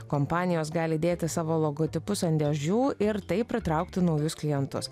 kompanijos gali dėti savo logotipus ant dėžių ir taip pritraukti naujus klientus